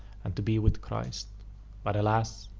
and to be with christ but, alas!